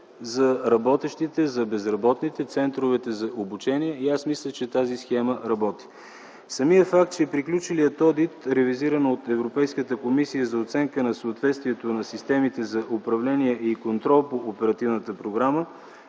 за работещите, за безработните в центровете за обучение и аз мисля, че тази схема работи. Самият факт, че приключилият одит, ревизиране от Европейската комисия за оценка на съответствието на системите за управление и контрол по оперативната програма,